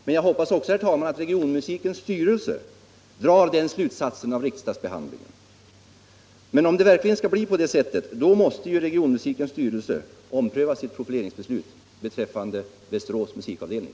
Men jag hoppas också, herr talman, att regionmusikens styrelse drar den slutsatsen av riksdagsbehandlingen. Om det verkligen skall bli på det sättet måste regionmusikens styrelse ompröva sitt profileringsbeslut beträffande Västerås musikavdelning.